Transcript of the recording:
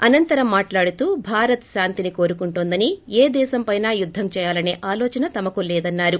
అనతరం మాట్లాడుతూ భారత్ శాంతిని కోరుకుంటోందని ఏ దేశంపైన యుద్దం చేయాలసే ఆలోచన తమకు లేదన్నారు